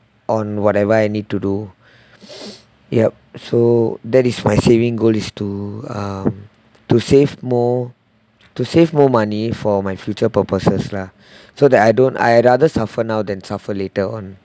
on whatever I need to do yup so that is my saving goal is to um to save more to save more money for my future purposes lah so that I don't I rather suffer now than suffer later on